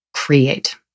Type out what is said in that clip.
Create